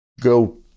go